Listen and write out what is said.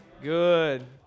Good